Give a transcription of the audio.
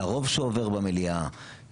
לרוב שעובר במליאה,